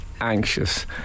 anxious